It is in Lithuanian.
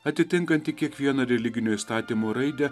atitinkantį kiekvieną religinio įstatymo raidę